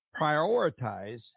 prioritize